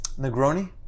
Negroni